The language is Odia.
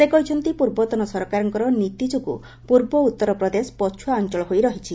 ସେ କହିଛନ୍ତି ପୂର୍ବତନ ସରକାରଙ୍କର ନୀତି ଯୋଗୁଁ ପୂର୍ବ ଉତ୍ତର ପ୍ରଦେଶ ପଛୁଆ ଅଞ୍ଚଳ ହୋଇ ରହିଛି